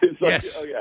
Yes